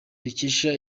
dukesha